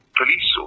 police